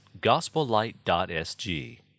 gospellight.sg